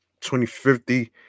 2050